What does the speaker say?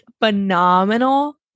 phenomenal